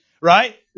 right